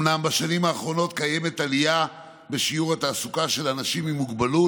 אומנם בשנים האחרונות קיימת עלייה בשיעור התעסוקה של אנשים עם מוגבלות,